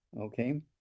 Okay